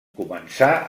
començà